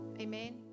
Amen